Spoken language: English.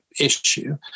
issue